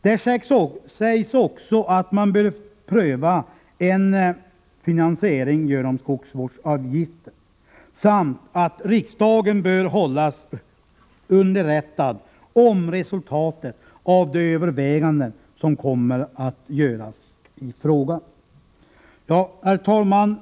Där sägs också att man bör pröva en finansiering genom skogsvårdsavgiften samt att riksdagen bör hållas underrättad om resultatet av de överväganden som kommer att göras i frågan. Herr talman!